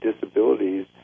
disabilities